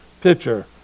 picture